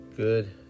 Good